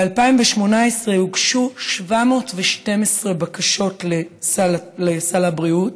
ב-2018 הוגשו 712 בקשות לסל הבריאות,